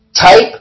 Type